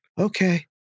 Okay